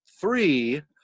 three